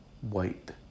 white